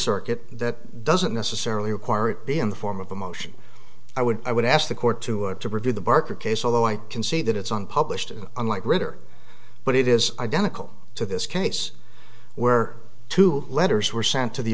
circuit that doesn't necessarily require it be in the form of a motion i would i would ask the court to to review the barker case although i can see that it's unpublished unlike ritter but it is identical to this case where two letters were sent to the